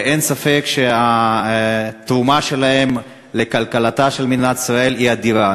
ואין ספק שהתרומה שלהם לכלכלתה של מדינת ישראל היא אדירה.